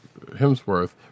Hemsworth